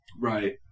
right